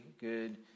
good